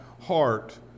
heart